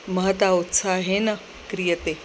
महता उत्साहेन क्रियते